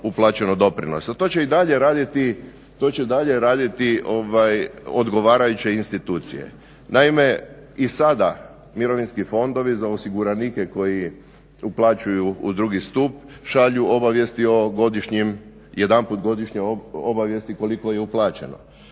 To će i dalje raditi odgovarajuće institucije. Naime, i sada mirovinski fondovi za osiguranike koji uplaćuju u drugi stup šalju obavijesti o godišnjim, jedanput godišnje obavijesti koliko je uplaćeno.